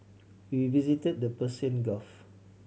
we visited the Persian Gulf